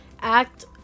act